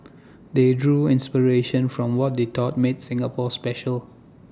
they drew inspiration from what they thought made Singapore special